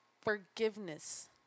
forgiveness